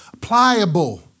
pliable